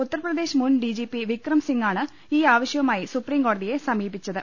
ഉത്തർപ്രദേശ് മുൻ D G P Vikram Singh ആണ് ഈ ആവശ്യവുമായി സുപ്രീംകോടതിയെ സമീ പിച്ചത്